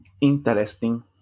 Interesting